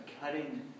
cutting